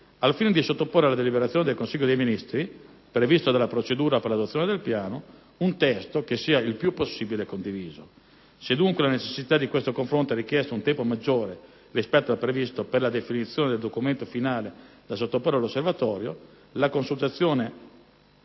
al fine di sottoporre alla deliberazione del Consiglio dei ministri, prevista dalla procedura per l'adozione del Piano, un testo il più possibile condiviso. Se dunque la necessità di questo confronto ha richiesto un tempo maggiore rispetto al previsto per la definizione del documento finale da sottoporre all'Osservatorio, la consultazione